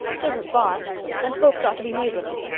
tisn't far and folks ought to be neighborly.